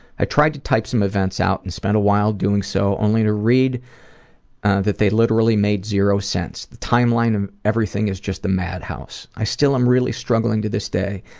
i tried to type some events out and spent a while doing so, only to read that they literally made zero sense. the timeline of everything is just a madhouse. i still am really struggling to this day.